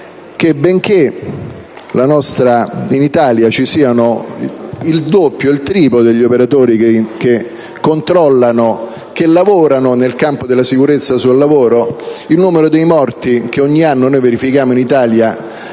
che, benché in Italia ci sia un numero doppio o triplo di operatori che controllano e lavorano nel campo della sicurezza sul lavoro, il numero dei morti che verifichiamo in Italia